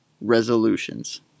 resolutions